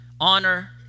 honor